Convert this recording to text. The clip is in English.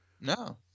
No